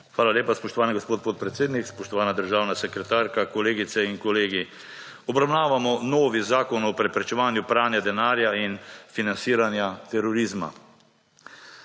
Hvala lepa, spoštovani gospod podpredsednik. Spoštovana državna sekretarka, kolegice in kolegi! Obravnavamo novi zakon o preprečevanju pranja denarja in financiranja terorizma.